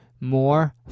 more